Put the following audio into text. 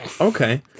Okay